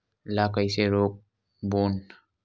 ला कइसे रोक बोन?